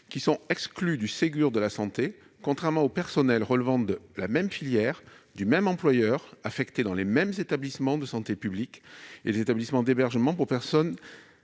Ils sont exclus du Ségur de la santé, contrairement aux personnels relevant de la même filière et du même employeur affectés dans les établissements de santé publics et les établissements d'hébergement pour personnes